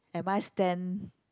am I stand